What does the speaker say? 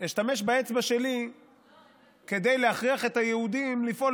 אשתמש באצבע שלי כדי להכריח את היהודים לפעול